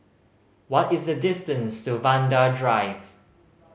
what is the distance to Vanda Drive